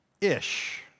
Ish